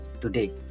today